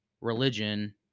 religion